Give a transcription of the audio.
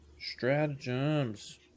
stratagems